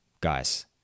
guys